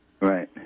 Right